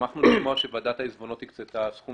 שמחנו לשמוע שוועדת העיזבונות הקצתה סכום